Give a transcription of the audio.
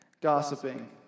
Gossiping